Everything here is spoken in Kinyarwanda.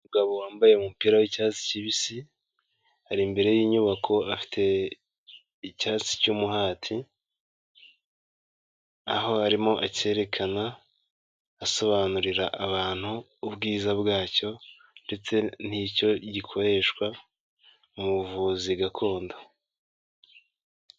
Umugabo wambaye umupira w'icyatsi kibisi, ari imbere y'inyubako afite icyatsi cy'umuhati, aho arimo acyerekana asobanurira abantu ubwiza bwacyo, ndetse n'icyo gikoreshwa mu buvuzi gakondo.